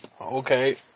Okay